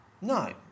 No